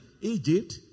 egypt